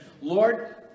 Lord